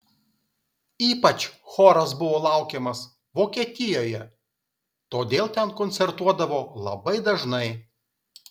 ypač choras buvo laukiamas vokietijoje todėl ten koncertuodavo labai dažnai